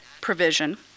provision